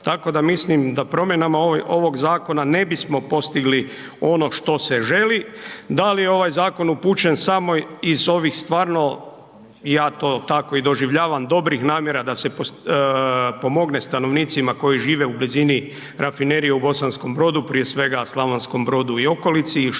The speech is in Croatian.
Tako da mislim da promjenama ovog zakona ne bismo postigli ono što se želi, da li je ovaj zakon upućen samo iz ovih stvarno, ja to tako i doživljavam, dobrih namjera da se pomogne stanovnicima koji žive u blizini rafinerije u Bosanskom Brodu, prije svega, Slavonskom Brodu i okolici